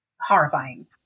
horrifying